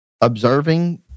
observing